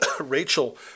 Rachel